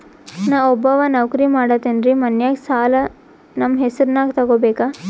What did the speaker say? ನಾ ಒಬ್ಬವ ನೌಕ್ರಿ ಮಾಡತೆನ್ರಿ ಮನ್ಯಗ ಸಾಲಾ ನಮ್ ಹೆಸ್ರನ್ಯಾಗ ತೊಗೊಬೇಕ?